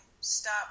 stop